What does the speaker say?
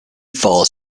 falls